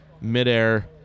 Midair